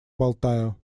болтаю